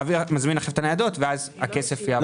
מזמין עכשיו את הניידות ואז הכסף יעבור.